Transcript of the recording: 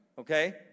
Okay